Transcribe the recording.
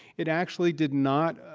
it actually did not